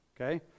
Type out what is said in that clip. okay